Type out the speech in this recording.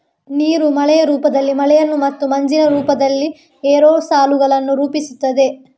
ನೀರು ಮಳೆಯ ರೂಪದಲ್ಲಿ ಮಳೆಯನ್ನು ಮತ್ತು ಮಂಜಿನ ರೂಪದಲ್ಲಿ ಏರೋಸಾಲುಗಳನ್ನು ರೂಪಿಸುತ್ತದೆ